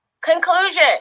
Conclusion